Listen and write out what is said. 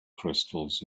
crystals